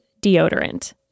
deodorant